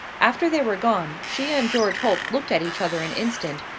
after they were gone, she and george holt looked at each other an instant,